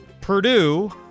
Purdue